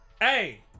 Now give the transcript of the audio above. Hey